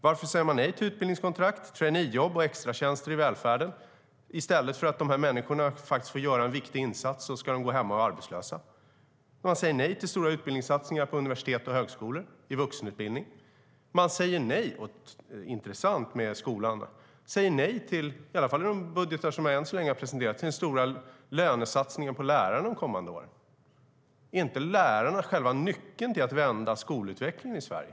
Varför säger man nej till utbildningskontrakt, traineejobb och extratjänster i välfärden? I stället för att de här människorna faktiskt ska få göra en viktig insats ska de gå hemma och vara arbetslösa. Man säger nej till stora utbildningssatsningar på universitet och högskolor och när det gäller vuxenutbildning. Det är intressant med skolan. Man säger nej, i alla fall i de budgetar som man än så länge har presenterat, till den stora lönesatsningen för lärarna de kommande åren. Är inte lärarna själva nyckeln till att vända skolutvecklingen i Sverige?